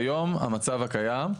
כיום, המצב הקיים,